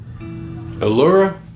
Allura